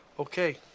Okay